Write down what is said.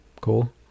Cool